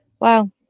wow